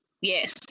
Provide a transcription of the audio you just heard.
Yes